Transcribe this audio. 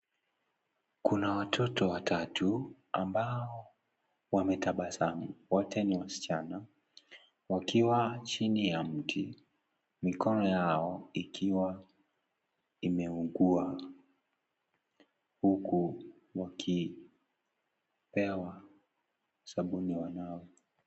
Kuna watoto watatu, ambao wametabasamu, wote ni wasichana. Wakiwa chini ya mti, mikono yao ikiwa imeugua huku wakipewa sabuni wanawe.